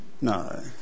No